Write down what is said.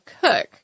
Cook